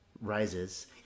rises